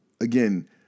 again